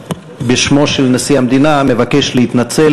בשמו של נשיא המדינה אני מבקש להתנצל,